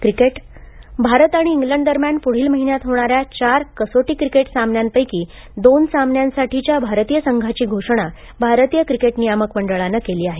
cricket Bharat आणि England दरम्यान पुढील महिन्यात होणाऱ्या चार कसोटी क्रिकेट सामन्यांपैकी दोन सामन्यांसाठीच्या भारतीय संघाची घोषणा भारतीय क्रिकेट नियामक मंडळानं केली आहे